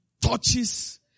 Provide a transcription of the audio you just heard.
touches